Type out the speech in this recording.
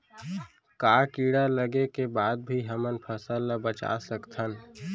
का कीड़ा लगे के बाद भी हमन फसल ल बचा सकथन?